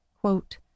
quote